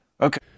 Okay